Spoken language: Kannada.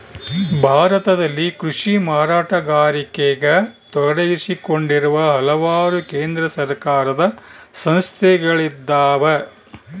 ಭಾರತದಲ್ಲಿ ಕೃಷಿ ಮಾರಾಟಗಾರಿಕೆಗ ತೊಡಗಿಸಿಕೊಂಡಿರುವ ಹಲವಾರು ಕೇಂದ್ರ ಸರ್ಕಾರದ ಸಂಸ್ಥೆಗಳಿದ್ದಾವ